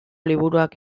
liburuak